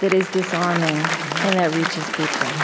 that is disarming and that reaches people